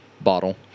bottle